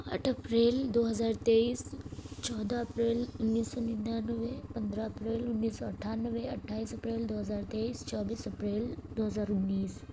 آٹھ اپریل دو ہزار تیئس چودہ اپریل انیس سو ننانوے پندرہ اپریل انیس سو اٹھانوے اٹھائیس اپریل دو ہزار تیئس چوبیس اپریل دو ہزار انیس